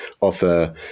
offer